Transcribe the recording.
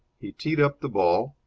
he teed up the ball,